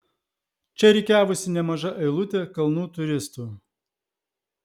čia rikiavosi nemaža eilutė kalnų turistų